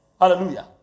hallelujah